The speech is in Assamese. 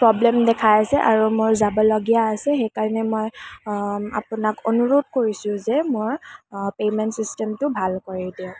প্ৰব্লেম দেখাই আছে আৰু মোৰ যাবলগীয়া আছে সেইকাৰণে মই আপোনাক অনুৰোধ কৰিছোঁ যে মোৰ পে'মেণ্ট চিষ্টেমটো ভাল কৰি দিয়ক